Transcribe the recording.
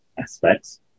aspects